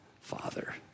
father